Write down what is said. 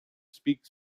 speak